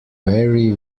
vary